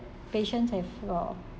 patients have sort of